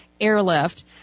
airlift